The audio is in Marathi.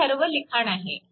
येथे सर्व लिखाण आहे